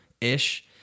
ish